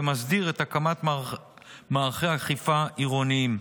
ומסדיר את הקמת מערכי האכיפה העירוניים.